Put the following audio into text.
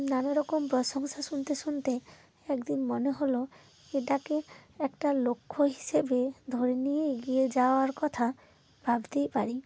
নানা রকম প্রশংসা শুনতে শুনতে একদিন মনে হলো এটাকে একটা লক্ষ্য হিসেবে ধরে নিয়ে এগিয়ে যাওয়ার কথা ভাবতেই পারি